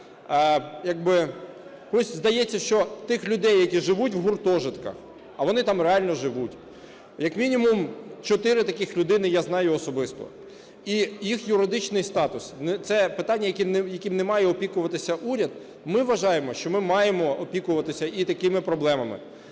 здається, що тих людей, які живуть в гуртожитках, а вони там реально живуть, як мінімум чотири таких людини я знаю особисто, і їх юридичний статус – це питання, яким не має опікуватись уряд, ми вважаємо, що ми маємо опікуватися і такими проблемами.